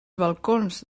balcons